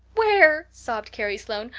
where? sobbed carrie sloane.